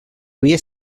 havia